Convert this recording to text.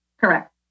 Correct